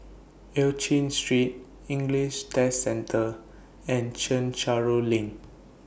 EU Chin Street English Test Centre and Chencharu LINK